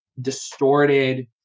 distorted